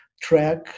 track